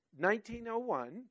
1901